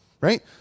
right